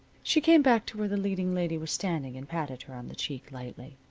she came back to where the leading lady was standing and patted her on the cheek, lightly.